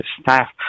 staff